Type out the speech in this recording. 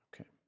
Okay